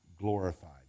glorified